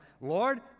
Lord